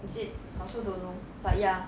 is it I also don't know but ya